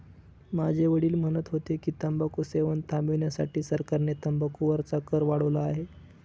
माझे वडील म्हणत होते की, तंबाखू सेवन थांबविण्यासाठी सरकारने तंबाखू वरचा कर वाढवला आहे